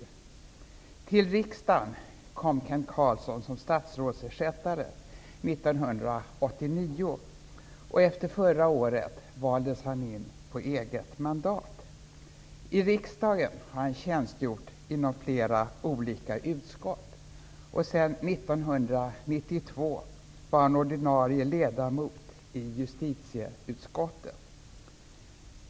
Till riksdagen kom Kent Carlsson som statsrådsersättare 1989, och efter förra valet valdes han in på ett eget mandat. I riksdagen har han tjänstgjort i flera olika utskott. Sedan 1992 var han ordinarie ledamot i justitieutskottet.